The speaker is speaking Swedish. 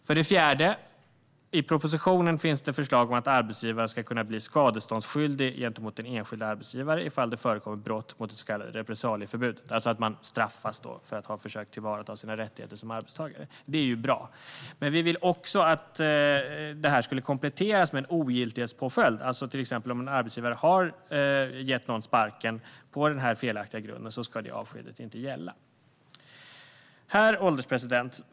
För det fjärde: I propositionen finns det förslag om att arbetsgivaren ska kunna bli skadeståndsskyldig gentemot en enskild arbetstagare ifall det förekommer brott mot det så kallade repressalieförbudet, alltså att man straffas för att ha försökt tillvarata sina rättigheter som arbetstagare. Det är bra. Men vi vill också att detta kompletteras med en ogiltighetspåföljd. Om exempelvis en arbetsgivare har gett någon sparken på denna felaktiga grund ska avskedet inte gälla. Herr ålderspresident!